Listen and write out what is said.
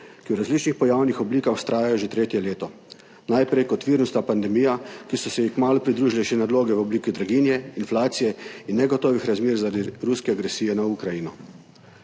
ki v različnih pojavnih oblikah vztrajajo že tretje leto. Najprej kot virusna pandemija, ki so se ji kmalu pridružile še naloge v obliki draginje, inflacije in negotovih razmer zaradi ruske agresije na Ukrajino.